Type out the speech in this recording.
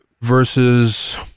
versus